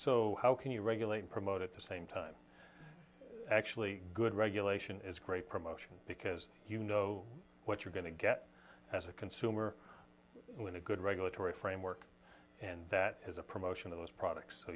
so how can you regulate promote at the same time actually good regulation is great promotion because you know what you're going to get as a consumer in a good regulatory framework and that is a promotion of those products so